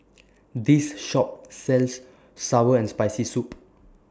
This Shop sells Sour and Spicy Soup